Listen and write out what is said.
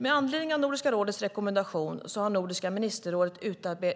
Med anledning av Nordiska rådets rekommendation har Nordiska ministerrådet